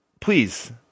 Please